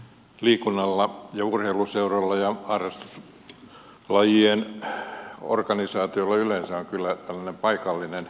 liikunnalla ja urheiluseuroilla ja harrastuslajien organisaatioilla yleensä on kyllä tällainen paikallinen funktio